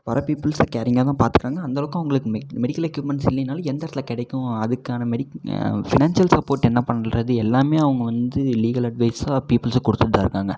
வர்ற பீப்பிள்ஸ் கேரிங்காக தான் பார்த்துக்குறாங்க அந்த அளவுக்கு அவுங்களுக்கு மெடிக்கல் எக்யூப்மென்ட்ஸ் இல்லைனாலும் எந்த இடத்துல கிடைக்கும் அதுக்கான மெடிக் ஃபினான்சியல் சப்போர்ட் என்ன பண்ணுறது எல்லாமே அவங்க வந்து லீகல் அட்வைஸ்ஸாக பீப்பிள்ஸ்ஸாக கொடுத்துட்டு தான் இருக்காங்க